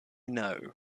know